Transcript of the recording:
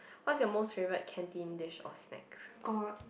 what's your most favourite canteen dish or snack